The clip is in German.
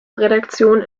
redaktion